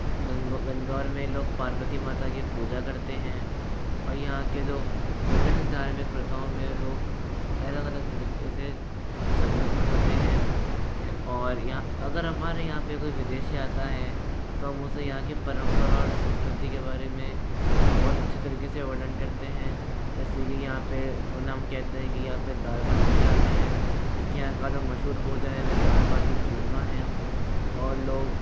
गणगौ गणगौर में लोग पार्वती माता की पूजा करते हैं और यहाँ के जो विभिन्न धार्मिक प्रथाओं में लोग अलग अलग तरीके से संलग्न होते हैं और अगर हमारे यहाँ पे कोई विदेशी आता है तो हम उसे यहाँ के परम्परा और संस्कृति के बारे में बहौत अच्छी तरीके से वर्णन करते हैं जैसे कि यहाँ पे और ना हम कहते हैं कि यहाँ पे दाल बाटी खिलाते हैं क्योंकि यहाँ का जो मशहूर भोजन है वह दाल बाटी चूरमा है और लोग